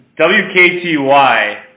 WKTY